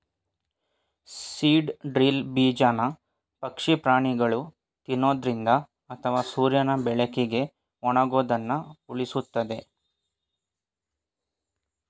seed drill ಬೀಜನ ಪಕ್ಷಿ ಪ್ರಾಣಿಗಳು ತಿನ್ನೊದ್ರಿಂದ ಅಥವಾ ಸೂರ್ಯನ ಬೆಳಕಿಗೆ ಒಣಗೋದನ್ನ ಉಳಿಸ್ತದೆ